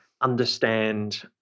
understand